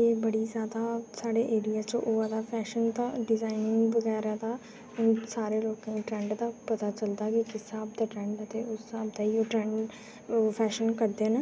एह् बड़ी जादा साढ़े एरिया च होआ दा फैशन दा डिजाइनिंग बगैरा दा क्योंकि सारे लोक गी ट्रैंड दा पता चलदा की जिस स्हाब दा ट्रैंड ते उस स्हाब दा ई ओह् ट्रैंड ओह् फैशन करदे न